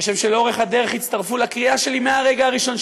כשם שלאורך הדרך הצטרפו לקריאה שלי מהרגע הראשון,